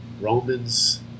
Romans